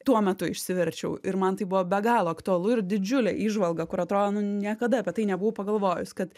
tuo metu išsiverčiau ir man tai buvo be galo aktualu ir didžiulė įžvalga kur atrodo nu niekada apie tai nebuvau pagalvojus kad